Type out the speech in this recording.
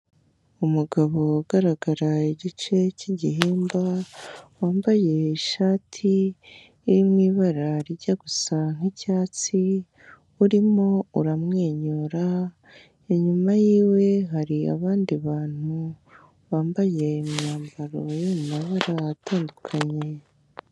Umugabo ugaragara igice cyigihimba wambaye ishati iri mu ibara rijya gusa nk'icyatsi, urimo uramwenyura, inyuma y'iwe hari abandi bantu bambaye imyambaro yo mumabara atandukanye.